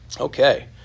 Okay